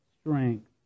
strength